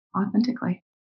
authentically